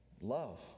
Love